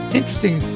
interesting